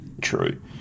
True